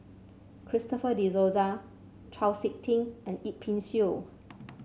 Christopher De Souza Chau SiK Ting and Yip Pin Xiu